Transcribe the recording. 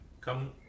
Come